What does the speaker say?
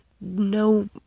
No